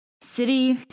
city